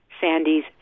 Sandy's